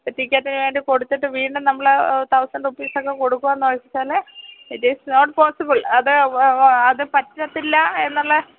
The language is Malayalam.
ഒരു ടിക്കറ്റിന് വേണ്ടി കൊടുത്തിട്ട് വീണ്ടും നമ്മള് തൌസൻഡ് റുപീസൊക്കെ കൊടുക്കുക എന്നു വച്ചാല് ഇറ്റ് ഈസ് നോട്ട് പോസ്സിബിൾ അത് പറ്റത്തില്ല എന്നുള്ള